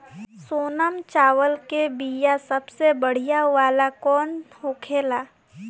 सोनम चावल के बीया सबसे बढ़िया वाला कौन होखेला?